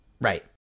right